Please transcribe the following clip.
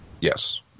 Yes